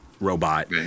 robot